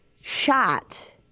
shot